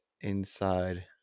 Inside